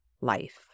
life